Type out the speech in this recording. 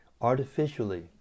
artificially